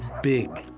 big,